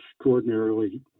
extraordinarily